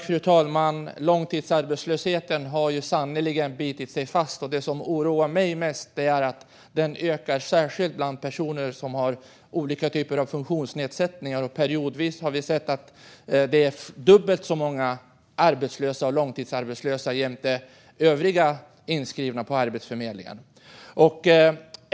Fru talman! Långtidsarbetslösheten har sannerligen bitit sig fast. Det som oroar mig mest är att den ökar särskilt bland personer som har olika typer av funktionsnedsättningar. Periodvis har vi sett att det finns dubbelt så många arbetslösa och långtidsarbetslösa bland dem jämfört med övriga inskrivna på Arbetsförmedlingen.